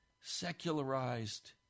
secularized